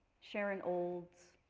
sharon olds,